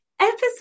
episode